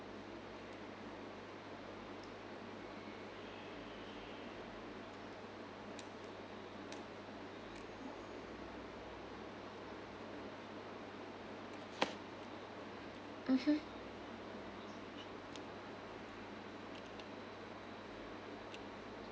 mmhmm